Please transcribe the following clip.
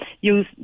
use